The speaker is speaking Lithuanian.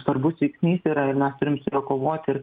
svarbus veiksnys yra ir mes turim su juo kovoti ir